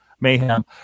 mayhem